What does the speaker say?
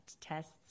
tests